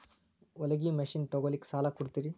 ಹೊಲಗಿ ಮಷಿನ್ ತೊಗೊಲಿಕ್ಕ ಸಾಲಾ ಕೊಡ್ತಿರಿ?